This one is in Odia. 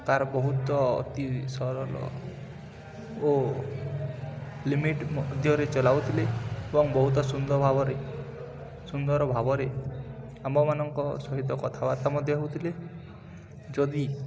ତା'ର ବହୁତ ଅତି ସରଳ ଓ ଲିମିଟ୍ ମଧ୍ୟରେ ଚଲାଉଥିଲେ ଏବଂ ବହୁତ ସୁନ୍ଦର ଭାବରେ ସୁନ୍ଦର ଭାବରେ ଆମମାନଙ୍କ ସହିତ କଥାବାର୍ତ୍ତା ମଧ୍ୟ ହେଉଥିଲେ ଯଦି